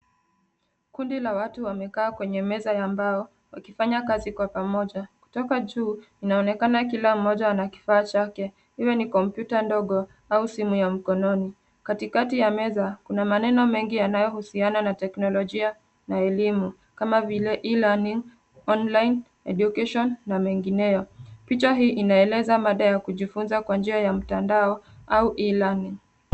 Kundi la watu wamekaa kwenye meza ya mbao wakifanya kazi kwa pamoja. Kutoka juu, inaonekana kila mmoja wana kifaa chake, iwe ni kompyuta ndogo au simu ya mkononi. Katikati ya meza, kuna maneno mengi yanayohusiana na teknolojia na elimu, kama vile: e-learning, online education na mengineyo. Picha hii inaeleza mada ya kujifunza kwa njia ya mtandao au e-learning .